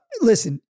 listen